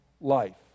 life